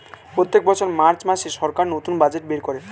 প্রত্যেক বছর মার্চ মাসে সরকার নতুন বাজেট বের করে